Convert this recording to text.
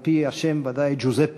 על-פי השם, ודאי, ג'וזפה.